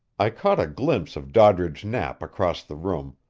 i caught a glimpse of doddridge knapp across the room,